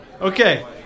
Okay